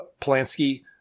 Polanski